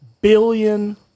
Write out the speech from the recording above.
billion